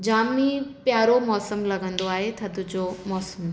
जामु ई प्यारो मौसमु लॻंदो आहे थधि जो मौसमु